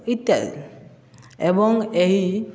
ଇତ୍ୟାଦି ଏବଂ ଏହି